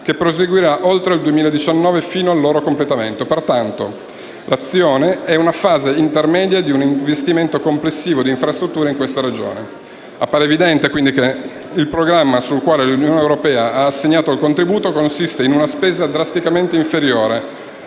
che proseguiranno oltre il 2019 fino al loro completamento. Pertanto, l'azione è una fase intermedia di un investimento complessivo di infrastrutture in questa regione. Appare quindi evidente che il programma sul quale l'Unione europea ha assegnato il contributo consiste in una spesa drasticamente inferiore,